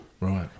Right